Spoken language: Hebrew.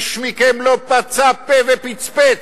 איש מכם לא פצה פה ופצפץ.